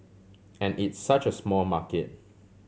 and it's such a small market